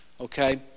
Okay